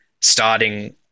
starting